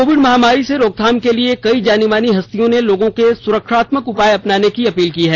Covid महामारी से रोकथाम के लिए कई जानीमानी हस्तियों ने लोगों से सुरक्षात्मक उपाय अपनाने की अपील की है